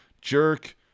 Jerk